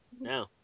no